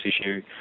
issue